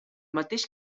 mateix